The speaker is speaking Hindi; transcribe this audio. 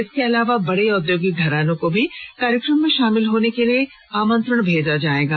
इसके अलावा बड़े औद्योगिक घरानों को भी कार्यक्रम में शामिल होने के लिए आमंत्रण भेजा जाएगा